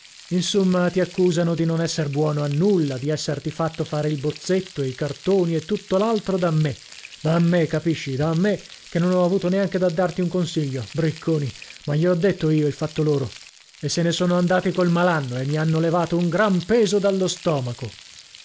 insomma ti accusano di non esser buono a nulla di esserti fatto fare il bozzetto i cartoni e tutto l'altro da me da me capisci da me che non ho avuto neanche da darti un consiglio bricconi ma gliel'ho detto io il fatto loro e se ne sono andati col malanno e mi hanno levato un gran peso dallo stomaco